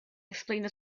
explained